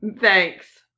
Thanks